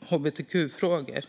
hbtq-frågor.